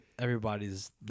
everybody's